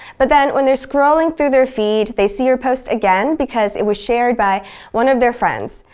but then, when they're scrolling through their feed, they see your post again because it was shared by one of their friends.